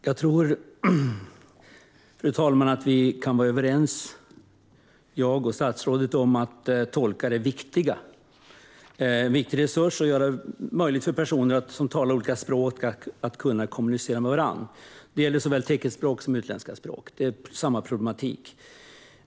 Fru talman! Jag tror att jag och statsrådet kan vara överens om att tolkar är viktiga. De är en viktig resurs och gör det möjligt för personer som talar olika språk att kommunicera med varandra. Det gäller såväl teckenspråk som utländska språk. Det handlar om samma problematik.